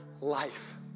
life